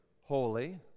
holy